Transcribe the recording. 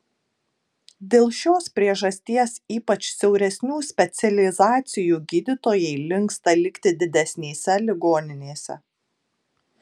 dėl šios priežasties ypač siauresnių specializacijų gydytojai linksta likti didesnėse ligoninėse